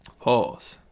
Pause